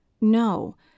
No